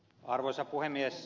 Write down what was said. arvoisa puhemies